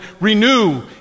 renew